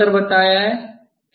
मैंने क्या अंतर बताया है